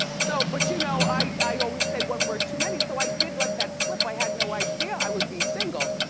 so, but you know, i i always say one word too many so i did let that slip. i had no idea i would be single.